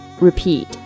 repeat